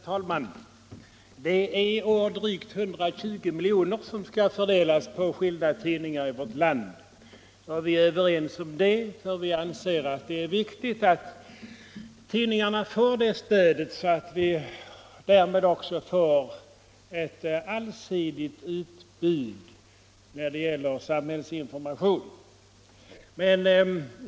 Herr talman! Det är i år drygt 120 milj.kr. som skall fördelas på skilda tidningar i vårt land. Vi är överens om det eftersom vi anser att det är viktigt att tidningarna får ett sådant stöd att det möjliggör ett allsidigt utbud för samhällsinformationen.